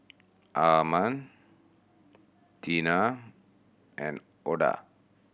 Arman Tina and Oda